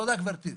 תודה, גבירתי.